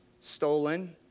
stolen